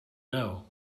know